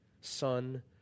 son